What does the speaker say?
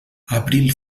abril